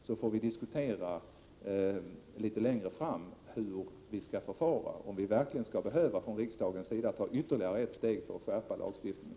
Sedan får vi, litet längre fram, diskutera hur vi skall förfara, om vi verkligen från riksdagens sida skall behöva ta ytterligare ett steg för att skärpa lagstiftningen.